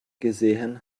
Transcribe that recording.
gesehen